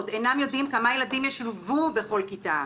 אינם יודעים כמה ילדים ישולבו בכל כיתה.